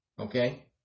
okay